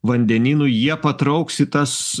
vandenynų jie patrauks į tas